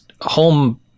home